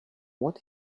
what